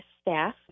staff